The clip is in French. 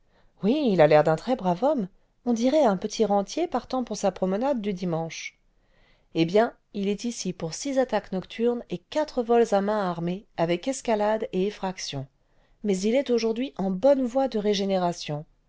oui il a l'air d'un très brave homme on dirait un petit rentier partant pour sa promenade du dimanche eh bien il est ici pour six attaques nocturnes et quatre vols à main armée avec escalade et effraction mais il est aujourd'hui en bonne voie de régénération